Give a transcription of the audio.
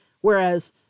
Whereas